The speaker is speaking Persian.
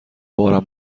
بارم